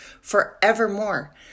forevermore